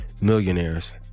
millionaires